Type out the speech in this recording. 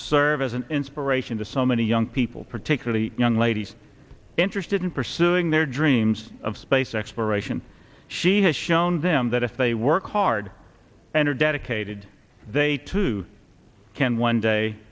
serve as an inspiration to so many young people particularly young ladies interested in pursuing their dreams of space exploration she has shown them that if they work hard and are dedicated they too can one day